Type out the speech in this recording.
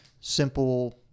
simple